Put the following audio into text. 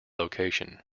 location